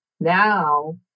Now